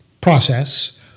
process